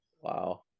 Wow